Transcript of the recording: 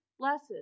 Blessed